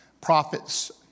prophets